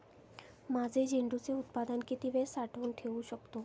माझे झेंडूचे उत्पादन किती वेळ साठवून ठेवू शकतो?